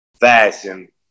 fashion